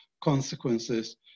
consequences